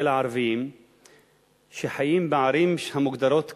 הערבים שחיים בערים המוגדרות כמעורבות,